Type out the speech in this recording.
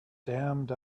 damned